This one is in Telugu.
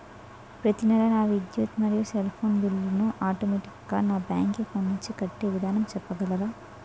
ప్రతి నెల నా విద్యుత్ మరియు సెల్ ఫోన్ బిల్లు ను ఆటోమేటిక్ గా నా బ్యాంక్ అకౌంట్ నుంచి కట్టే విధానం చెప్పగలరా?